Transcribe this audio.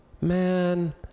man